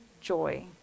joy